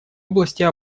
области